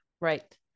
Right